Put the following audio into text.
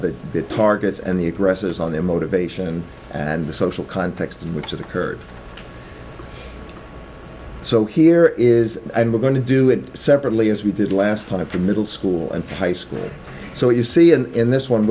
of the targets and the addresses on their motivation and the social context in which it occurred so here is we're going to do it separately as we did last time from middle school and high school so you see and in this one